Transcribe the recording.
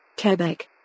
Quebec